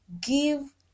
give